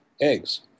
eggs